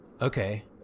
Okay